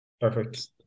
perfect